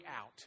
out